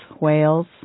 whales